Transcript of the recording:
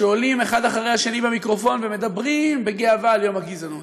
שעולים אחד אחרי השני למיקרופון ומדברים בגאווה על יום הגזענות.